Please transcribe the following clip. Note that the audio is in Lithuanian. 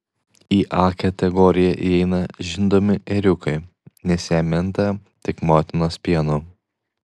į a kategoriją įeina žindomi ėriukai nes jie minta tik motinos pienu